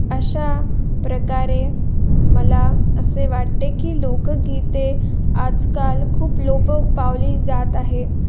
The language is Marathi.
अशा प्रकारे मला असे वाटते की लोकगीते आजकाल खूप लोपं पावली जात आहे